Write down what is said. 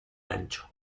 ancho